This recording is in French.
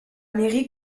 mairie